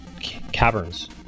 Caverns